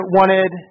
wanted